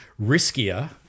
riskier